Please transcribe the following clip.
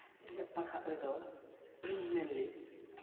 ᱤᱧᱟᱹᱜ ᱯᱟᱲᱦᱟᱜ ᱨᱮᱫᱚ ᱢᱮᱱᱞᱤ